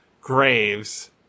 graves